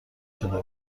شده